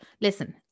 listen